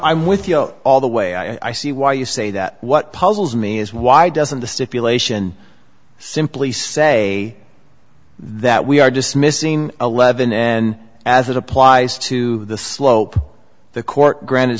with you all the way i see why you say that what puzzles me is why doesn't the stipulation simply say that we are dismissing eleven and as it applies to the slope the court granted